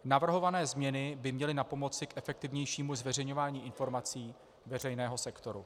Navrhované změny by měly napomoci k efektivnějšímu zveřejňování informací veřejného sektoru.